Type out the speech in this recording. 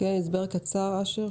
הסבר קצר, אשר.